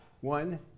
One